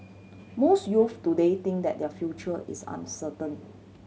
most youths today think that their future is uncertain